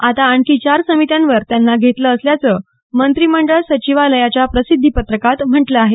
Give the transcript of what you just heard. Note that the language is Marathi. आता आणखी चार समित्यांवर त्यांना घेतलं असल्याचं मंत्रिमंडळ सचिवालयाच्या प्रसिद्धीपत्रकात म्हटलं आहे